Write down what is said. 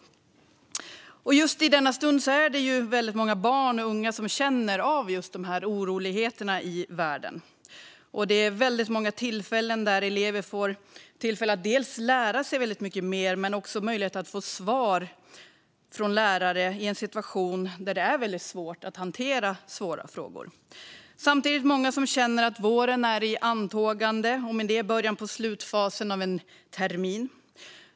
Just i denna stund är det väldigt många barn och unga som känner av oroligheterna i världen. Det är väldigt många tillfällen där elever får lära sig väldigt mycket mer men också får möjlighet att få svar från lärare i en situation där det är väldigt svårt att hantera svåra frågor. Det är samtidigt många som känner att våren är i antågande och med den början av slutfasen på en termin.